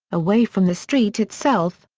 away from the street itself,